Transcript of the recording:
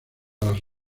las